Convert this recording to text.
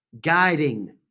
guiding